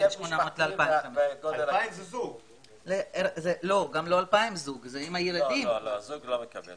זוג לא מקבל